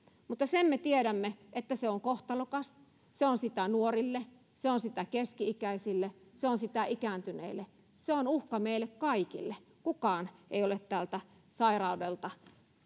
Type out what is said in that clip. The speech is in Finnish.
mutta sen me tiedämme että se on kohtalokas se on sitä nuorille se on sitä keski ikäisille se on sitä ikääntyneille se on uhka meille kaikille kukaan ei ole tältä sairaudelta